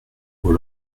aux